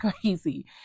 crazy